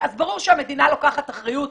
אז ברור שהמדינה לוקחת אחריות,